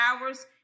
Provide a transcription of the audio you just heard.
hours